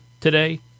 today –